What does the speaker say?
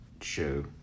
show